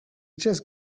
just